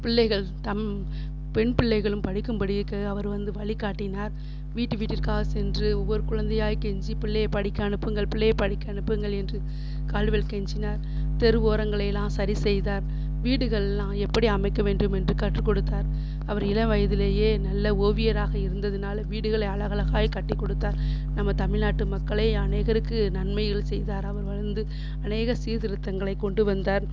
பிள்ளைகள் தம் பெண் பிள்ளைகளும் படிக்கும் படிக்கு அவர் வந்து வழிகாட்டினார் வீடு வீடிற்கா சென்று ஒவ்வொரு குழந்தையாய் கெஞ்சி பிள்ளையை படிக்க அனுப்புங்கள் பிள்ளையை படிக்க அனுப்புங்கள் என்று கால்டுவெல் கெஞ்சினார் தெருவோரங்களைலாம் சரி செய்தார் வீடுகள்லாம் எப்படி அமைக்க வேண்டும் என்று கற்றுக்கொடுத்தார் அவர் இளம் வயதிலேயே நல்ல ஓவியராக இருந்ததுனால வீடுகளை அழகலகாய் கட்டிக் கொடுத்தார் நம்ம தமிழ்நாட்டு மக்களை அநேகருக்கு நன்மைகள் செய்தார் அவர் வந்து அநேக சீர்திருத்தங்களை கொண்டுவந்தார்